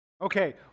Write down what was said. Okay